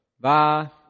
Va